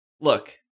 look